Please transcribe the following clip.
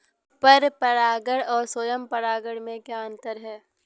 पर परागण और स्वयं परागण में क्या अंतर है?